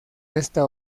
esta